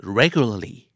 regularly